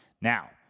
Now